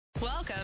Welcome